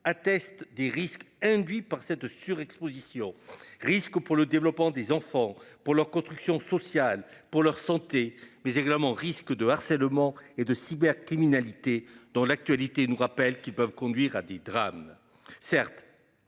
attestent des risques induits par cette surexposition risque pour le développement des enfants pour leur construction sociale pour leur santé mais également risque de harcèlement et de cybercriminalité. Dans l'actualité nous rappelle qui peuvent conduire à des drames. Certes.